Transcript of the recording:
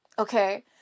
okay